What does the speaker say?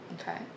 Okay